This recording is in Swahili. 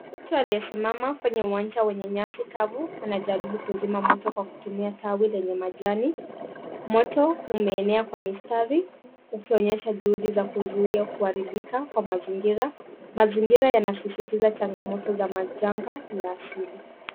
Mtu aliyesimama kwenye uwanja wenye nyasi kavu, anajaribu kuzima moto kwa kutumia tawi lenye majani. Moto umeenea kwa mistari ukionyesha juhudi za kuzuia kuharibika kwa mazingira. Mazingira yana sisitiza changamoto za majanga nyasi.